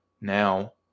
now